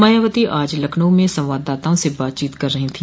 मायावती आज लखनऊ में संवाददाताओं से बातचीत कर रही थी